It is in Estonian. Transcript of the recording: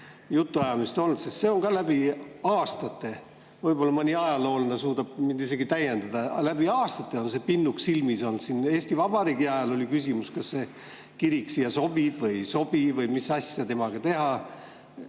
jutuajamist olnud, sest see on ka läbi aastate – võib-olla mõni ajaloolane suudab mind isegi täiendada – pinnuks silmas olnud. Eesti Vabariigi ajal oli küsimus, kas see kirik siia sobib või ei sobi või mis asja temaga teha.